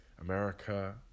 America